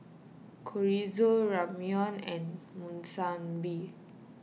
Chorizo Ramyeon and Monsunabe